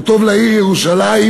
הוא טוב לעיר ירושלים,